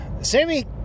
Sammy